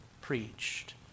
preached